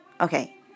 Okay